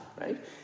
right